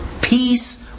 peace